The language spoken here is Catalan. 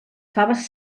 faves